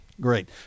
Great